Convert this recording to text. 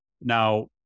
Now